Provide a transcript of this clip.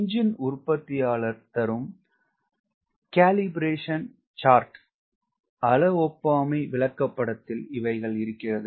engine உற்பத்தியாளர் தரும் அளவொப்புமை விளக்கப்படத்தில் இவைகள் இருக்கிறது